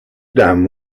dam